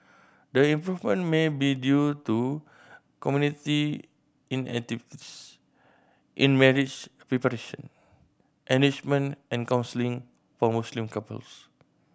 the improvement may be due to community in marriage preparation enrichment and counselling for Muslim couples